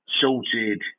salted